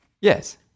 Yes